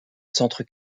centre